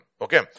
Okay